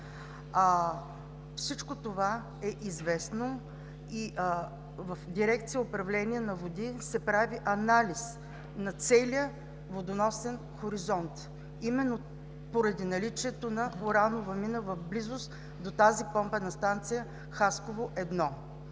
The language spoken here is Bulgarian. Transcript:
Всичко това е известно и в Дирекция „Управление на водите“ се прави анализ на целия водоносен хоризонт поради наличието на уранова мина в близост до помпена станция „Хасково –